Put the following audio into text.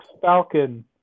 Falcon